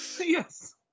Yes